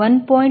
2 ರಿಂದ 1